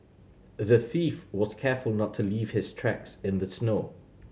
the thief was careful to not leave his tracks in the snow